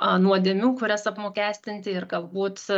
a nuodėmių kurias apmokestinti ir galbūt